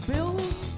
Bills